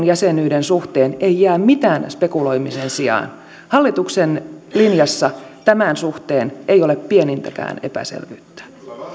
jäsenyyden suhteen ei jää mitään spekuloimisen sijaa hallituksen linjassa tämän suhteen ei ole pienintäkään epäselvyyttä